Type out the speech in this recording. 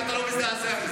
איך אתה לא מזדעזע מזה,